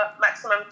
maximum